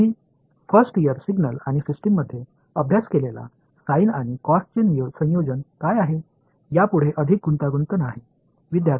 மாணவர் முதல் ஆண்டில் சிங்கிள்ஸ் அண்ட் சிஸ்டம்ஸ்பாடத்தில் நீங்கள் படித்த sine மற்றும் Cosh ஆகியவற்றின் கலவை என்பது மிகவும் சிக்கலானது அல்ல